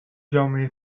جامعه